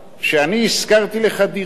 שאני השכרתי לך דירה,